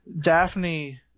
Daphne